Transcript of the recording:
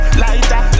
lighter